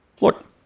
Look